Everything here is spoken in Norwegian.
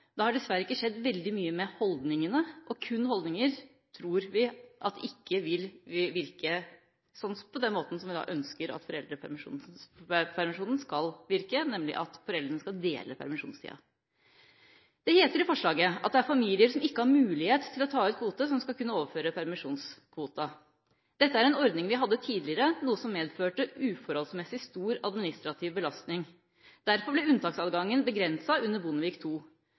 Det har dessverre ikke skjedd veldig mye med holdningene, og kun holdninger tror vi ikke vil virke på den måten som vi ønsker at foreldrepermisjonen skal virke, nemlig at foreldrene skal dele permisjonstida. Det heter i forslaget at det er familier som ikke har mulighet til å ta ut kvote, som skal kunne overføre permisjonskvoten. Dette er en ordning vi hadde tidligere, noe som medførte uforholdsmessig stor administrativ belastning. Derfor ble unntaksadgangen begrenset under Bondevik